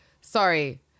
Sorry